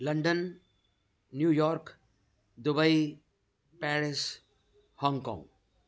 London New York Dubai Paris Hong Kong